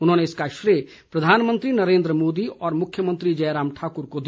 उन्होंने इसका श्रेय प्रधानमंत्री नरेन्द्र मोदी और मुख्यमंत्री जयराम ठाकुर को दिया